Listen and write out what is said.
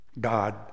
God